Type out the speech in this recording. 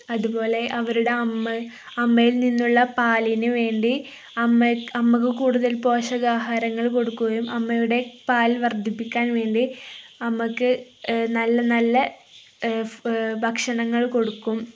അതുപോലെ അവരുടെ അമ്മ അമ്മയിൽ നിന്നുള്ള പാലിനു വേണ്ടി അമ്മ അമ്മയ്ക്കു കൂടുതൽ പോഷകാഹാരങ്ങൾ കൊടുക്കുകയും അമ്മയുടെ പാൽ വർദ്ധിപ്പിക്കാൻ വേണ്ടി അമ്മയ്ക്കു നല്ല നല്ല ഭക്ഷണങ്ങൾ കൊടുക്കും